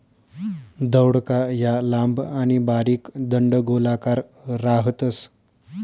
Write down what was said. दौडका या लांब आणि बारीक दंडगोलाकार राहतस